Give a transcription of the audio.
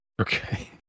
Okay